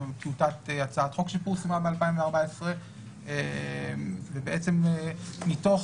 עם טיוטת הצעת חוק שפורסמה ב-2014 ו בעצם מתוך